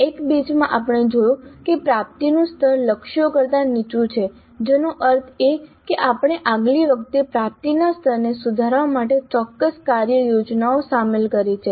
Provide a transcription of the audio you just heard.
એક બેચમાં આપણે જોયું છે કે પ્રાપ્તિનું સ્તર લક્ષ્યો કરતા નીચું છે જેનો અર્થ છે કે આપણે આગલી વખતે પ્રાપ્તિના સ્તરને સુધારવા માટે ચોક્કસ કાર્ય યોજનાઓ સામેલ કરી છે